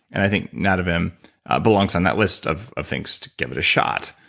and i think nadovim belongs on that list of of things to give it a shot.